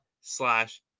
slash